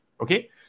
okay